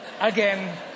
again